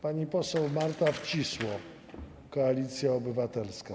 Pani poseł Marta Wcisło, Koalicja Obywatelska.